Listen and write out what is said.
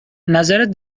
نظرت